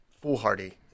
foolhardy